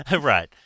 Right